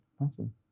Awesome